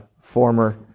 former